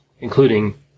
including